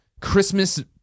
Christmas